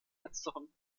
letzterem